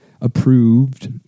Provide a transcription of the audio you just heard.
approved